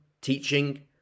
teaching